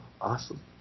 Awesome